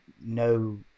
no